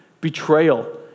betrayal